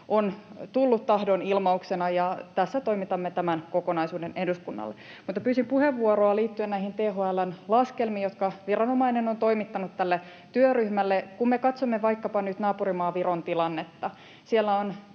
on tullut tahdonilmauksena, ja tästä toimitamme tämän kokonaisuuden eduskunnalle. Mutta pyysin puheenvuoroa liittyen näihin THL:n laskelmiin, jotka viranomainen on toimittanut tälle työryhmälle. Kun me katsomme vaikkapa nyt naapurimaa Viron tilannetta, siellä on